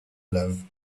live